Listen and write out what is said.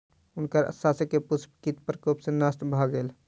हुनकर शस्यक पुष्प कीट प्रकोप सॅ नष्ट भ गेल